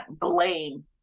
blame